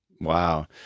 Wow